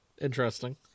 interesting